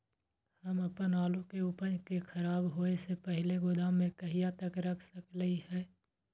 हम अपन आलू के उपज के खराब होय से पहिले गोदाम में कहिया तक रख सकलियै हन?